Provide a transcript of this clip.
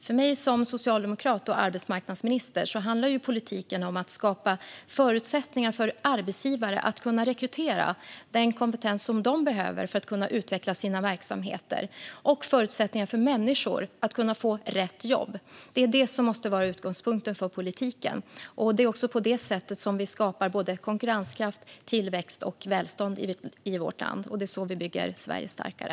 För mig som socialdemokrat och arbetsmarknadsminister handlar politiken om att skapa förutsättningar för arbetsgivare att rekrytera den kompetens som de behöver för att kunna utveckla sina verksamheter samt förutsättningar för människor att få rätt jobb. Det är det som måste vara utgångspunkten för politiken. Det är också på det sättet vi skapar konkurrenskraft, tillväxt och välstånd i vårt land, och det är så vi bygger Sverige starkare.